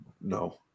no